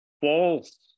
false